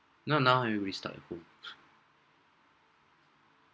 now now and we stuck at home